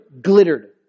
glittered